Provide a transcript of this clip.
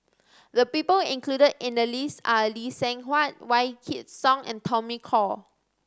the people included in the list are Lee Seng Huat Wykidd Song and Tommy Koh